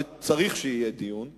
וצריך שיהיה דיון במליאה.